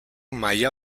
maila